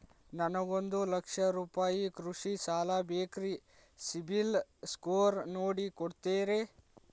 ನನಗೊಂದ ಲಕ್ಷ ರೂಪಾಯಿ ಕೃಷಿ ಸಾಲ ಬೇಕ್ರಿ ಸಿಬಿಲ್ ಸ್ಕೋರ್ ನೋಡಿ ಕೊಡ್ತೇರಿ?